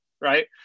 right